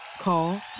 Call